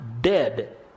dead